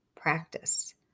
practice